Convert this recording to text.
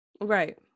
Right